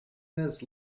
minutes